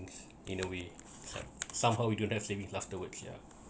in a way somehow we don't have savings plus the work yeah